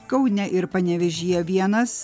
kaune ir panevėžyje vienas